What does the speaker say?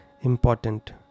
important